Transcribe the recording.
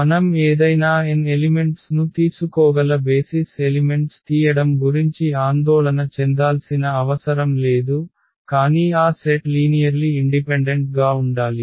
మనం ఏదైనా n elements ను తీసుకోగల బేసిస్ ఎలిమెంట్స్ తీయడం గురించి ఆందోళన చెందాల్సిన అవసరం లేదు కానీ ఆ సెట్ లీనియర్లి ఇండిపెండెంట్ గా ఉండాలి